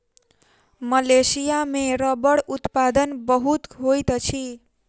Malaysia में रबड़ उत्पादन बहुत होइत अछि